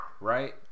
right